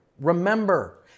remember